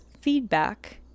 feedback